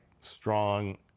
strong